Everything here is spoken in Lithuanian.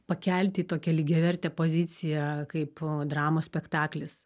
pakelti į tokią lygiavertę poziciją kaip dramos spektaklis